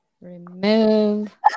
Remove